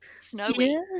Snowy